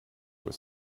was